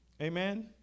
Amen